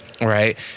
right